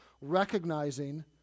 recognizing